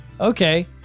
Okay